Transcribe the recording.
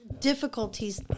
difficulties